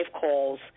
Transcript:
calls